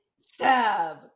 Stab